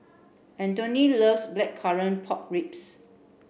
Anthoney loves blackcurrant pork ribs